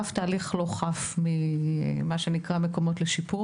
וכמובן שאף תהליך לא חל מדברים לשיפור.